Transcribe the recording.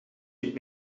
niet